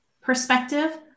perspective